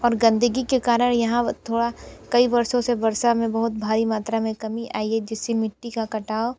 और गंदगी के कारण यहाँ थोड़ा कई वर्षों से वर्षा में बहुत भारी मात्रा में कमी आई है जिससे मिट्टी का कटाव